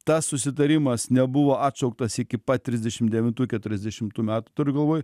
tas susitarimas nebuvo atšauktas iki pat trisdešim devintų keturiasdešimtų metų turiu galvoj